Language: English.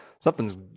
something's